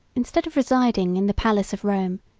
instead of residing in the palace of rome,